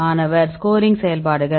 மாணவர் ஸ்கோரிங் செயல்பாடுகள்